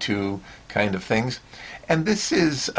to kind of things and this is